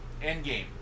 Endgame